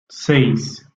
seis